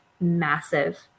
massive